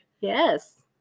Yes